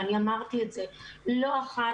ואני אמרתי את זה לא אחת,